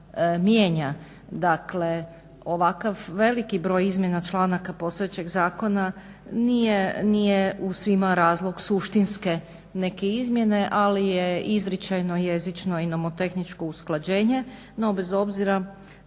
Dakle, ovakav veliki broj izmjena članaka postojećeg zakona nije u svima razlog suštinske neke izmjene, ali je izričajno, jezično i nomotehničko usklađenje. No bez obzira